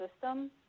system